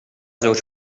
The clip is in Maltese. żewġ